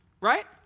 Right